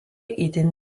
itin